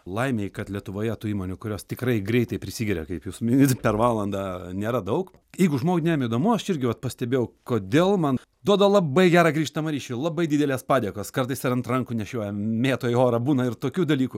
laimei kad lietuvoje tų įmonių kurios tikrai greitai prisigeria kaip jūs minit per valandą nėra daug jeigu žmonėm įdomu aš irgi vat pastebėjau kodėl man duoda labai gerą grįžtamą ryšį labai didelės padėkos kartais ir ant rankų nešioja mėto į orą būna ir tokių dalykų